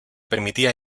permitía